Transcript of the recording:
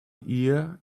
ear